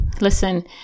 listen